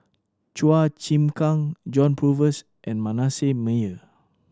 Chua Chim Kang John Purvis and Manasseh Meyer